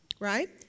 right